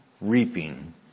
reaping